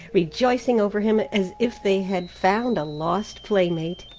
rejoicing over him as if they had found a lost playmate.